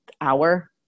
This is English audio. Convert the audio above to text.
hour